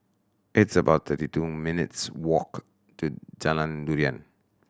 it's about thirty two minutes walk to Jalan Durian